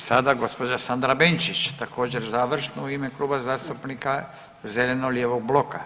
I sada gospođa Sandra Benčić također završno u ime Kluba zastupnika zeleno-lijevog bloka.